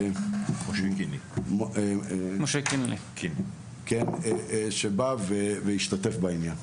משה קינלי שבא והשתתף בעניין.